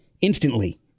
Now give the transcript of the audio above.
instantly